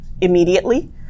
immediately